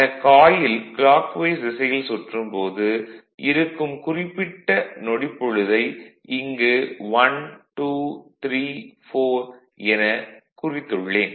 ஆக coil clockwise திசையில் சுற்றும் போது இருக்கும் குறிப்பிட்ட நொடிப் பொழுதை இங்கு 1 2 3 4 என குறித்துள்ளேன்